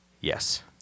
Yes